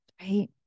right